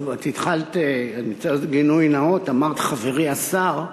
את התחלת, אני רוצה גילוי נאות, אמרת "חברי השר".